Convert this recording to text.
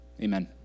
Amen